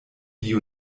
die